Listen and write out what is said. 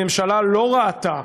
הממשלה לא ראתה,